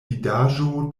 vidaĵo